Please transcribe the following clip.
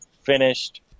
finished